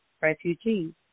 refugees